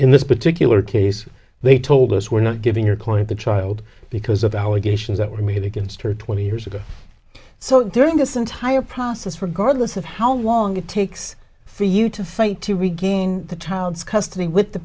in this particular case they told us we're not giving your client the child because of our geishas that were made against her twenty years ago so during this entire process regardless of how long it takes for you to fight to regain the child's custody with the